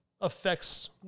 affects